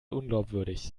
unglaubwürdig